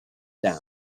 down